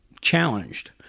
challenged